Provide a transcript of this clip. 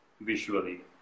visually